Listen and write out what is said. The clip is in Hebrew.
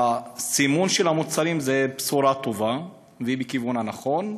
סימון המוצרים הוא בשורה טובה ובכיוון הנכון,